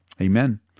Amen